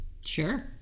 Sure